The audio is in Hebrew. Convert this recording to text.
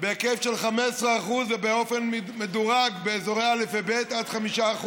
בהיקף של 15%, ובאופן מדורג באזורים א' וב' עד 5%,